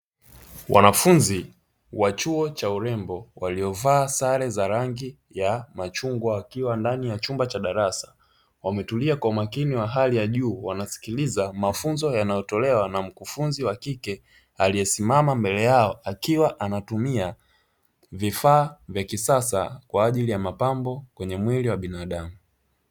Wanafunzi wa chuo cha urembo waliovaa sare za rangi ya machungwa wakiwa ndani ya chumba cha darasa, wametulia kwa umakini wa hali ya juu wanasikiliza mafunzo yanayotolewa na mkufunzi wakike aliyesimama mbele yao, akiwa anatumia vifaa vya kisasa kwa ajili ya mapambo kwenye mwili wa binadamu.